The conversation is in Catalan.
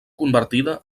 convertida